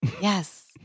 Yes